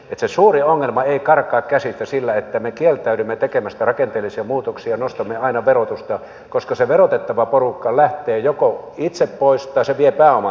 se suurin ongelma ei karkaa käsistä sillä että me kieltäydymme tekemästä rakenteellisia muutoksia nostamme aina verotusta koska se verotettava porukka joko lähtee itse pois tai se vie pääomansa pois